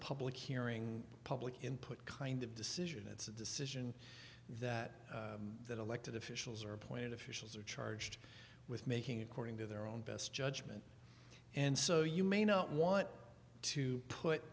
public hearing public input kind of decision it's a decision that that elected officials are appointed officials are charged with making according to their own best judgment and so you may not want to put